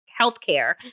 healthcare